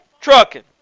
trucking